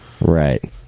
Right